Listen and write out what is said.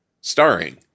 starring